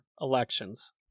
elections